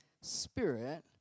spirit